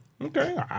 Okay